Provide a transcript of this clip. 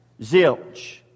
Zilch